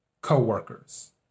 coworkers